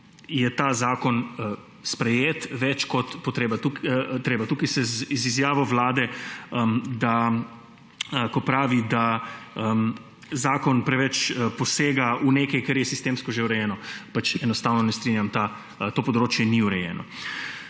ta zakon sprejeti. Tukaj se z izjavo Vlade, ko pravi, da zakon preveč posega v nekaj, kar je sistemsko že urejeno, pač enostavno ne strinjam, to področje ni urejeno.